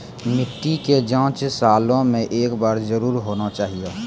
मिट्टी के जाँच सालों मे एक बार जरूर होना चाहियो?